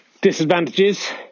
Disadvantages